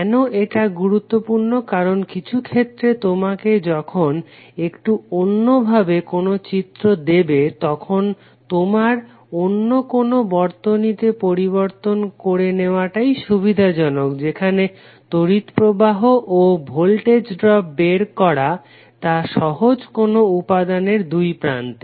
কেন এটা গুরুত্বপূর্ণ কারণ কিছুক্ষেত্রে তোমাকে যখন একটু অন্যভাবে কোনো চিত্র দেবে তখন তোমার অন্য কোনো বর্তনীতে পরিবর্তন করে নেওয়াটাই সুবিধাজনক যেখানে তড়িৎ প্রবাহ ও ভোল্টেজ ড্রপ বের করা তা সহজ কোনো উপাদানের দুই প্রান্তে